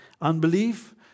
Unbelief